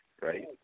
Right